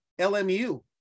LMU